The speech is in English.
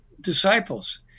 Disciples